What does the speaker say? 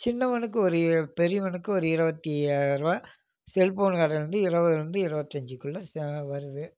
சின்னவனுக்கு ஒரு பெரியவனுக்கு ஒரு இருபத்தி ஐயாயிர ரூவா செல் ஃபோன் கடையிலேருந்து இருபதுலருந்து இருபத்தஞ்சிகுள்ள வருது